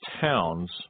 towns